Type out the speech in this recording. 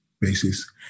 basis